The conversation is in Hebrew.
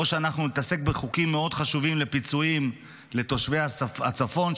או שאנחנו נתעסק בחוקים מאוד חשובים לפיצויים לתושבי הצפון,